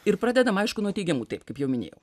ir pradedam aišku nuo teigiamų taip kaip jau minėjau